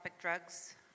drugs